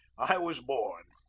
i was born,